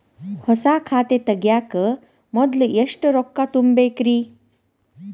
ಹೊಸಾ ಖಾತೆ ತಗ್ಯಾಕ ಮೊದ್ಲ ಎಷ್ಟ ರೊಕ್ಕಾ ತುಂಬೇಕ್ರಿ?